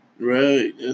Right